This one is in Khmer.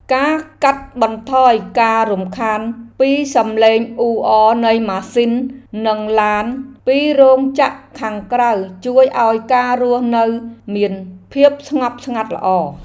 ការកាត់បន្ថយការរំខានពីសំឡេងអ៊ូអរនៃម៉ាស៊ីននិងឡានពីរោងចក្រខាងក្រៅជួយឱ្យការរស់នៅមានភាពស្ងប់ស្ងាត់ល្អ។